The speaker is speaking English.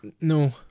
No